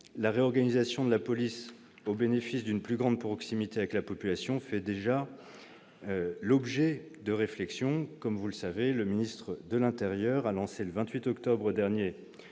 la réorganisation de la police au bénéfice d'une plus grande proximité avec la population fait déjà l'objet de réflexions. Vous le savez, le ministre de l'intérieur a lancé, le 28 octobre dernier,